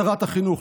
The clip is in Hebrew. לשרת החינוך,